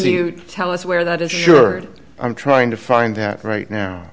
n you tell us where that assured i'm trying to find that right now